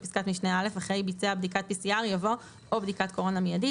בפסקת משנה (א) אחרי "ביצע בדיקת PCR" יבוא "או בדיקת קורונה מיידית,